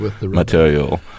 material